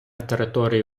території